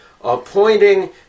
appointing